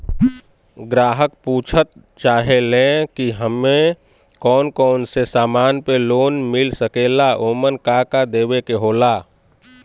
ग्राहक पुछत चाहे ले की हमे कौन कोन से समान पे लोन मील सकेला ओमन का का देवे के होला?